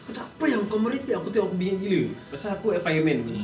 aku dah apa yang kau merepek aku tengok aku bingit gila pasal aku a fireman [pe]